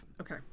Okay